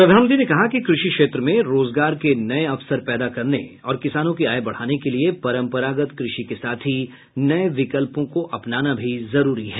प्रधानमंत्री ने कहा कि कृषि क्षेत्र में रोजगार के नये अवसर पैदा करने और किसानों की आय बढ़ाने के लिए परंपरागत कृषि के साथ ही नये विकल्पों को अपनाना भी जरूरी है